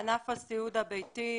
בענף הסיעוד הביתי,